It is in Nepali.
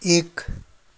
एक